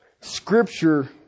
Scripture